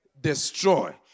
destroy